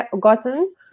gotten